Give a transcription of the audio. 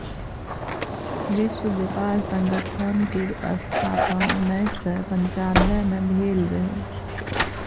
विश्व बेपार संगठन केर स्थापन उन्नैस सय पनचानबे मे भेल रहय